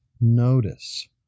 notice